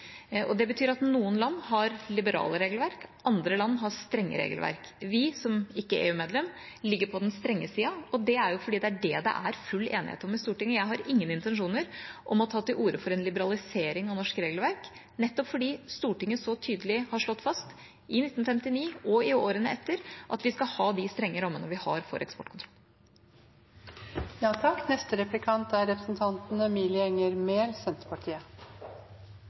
Det betyr at noen land har liberale regelverk, andre land har strenge regelverk. Vi som ikke EU-medlem ligger på den strenge sida, og det er fordi det er det det er full enighet om i Stortinget. Jeg har ingen intensjoner om å ta til orde for en liberalisering av norsk regelverk, nettopp fordi Stortinget så tydelig har slått fast, i 1959 og i årene etter, at vi skal ha de strenge rammene vi har for eksporten. Stortinget behandlet for ikke så lenge siden et forslag fra Senterpartiet